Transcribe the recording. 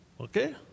Okay